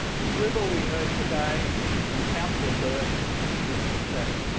the dribble we heard today from councillor bourke is pathetic.